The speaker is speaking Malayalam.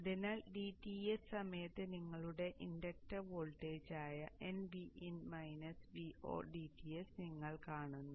അതിനാൽ dTs സമയത്ത് നിങ്ങളുടെ ഇൻഡക്ടർ വോൾട്ടേജായ dTs നിങ്ങൾ കാണുന്നു